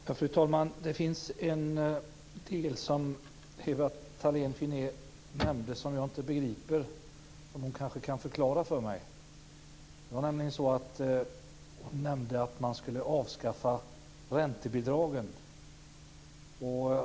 Fru talman! Det finns en del som Ewa Thalén Finné nämnde som jag inte begriper och som hon kanske kan förklara för mig. Hon nämnde att man skulle avskaffa räntebidragen.